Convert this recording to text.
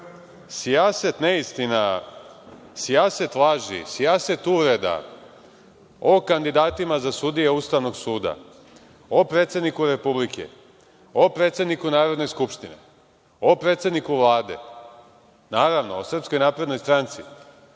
sijaset neistina, sijaset laži, sijaset uvreda o kandidatima za sudije Ustavnog suda, o predsedniku Republiku, o predsedniku Narodne skupštine, o predsedniku Vlade, naravno, o SNS, ja moram